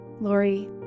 Lori